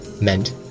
meant